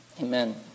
amen